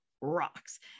rocks